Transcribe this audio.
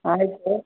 ಆಯಿತು